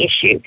issue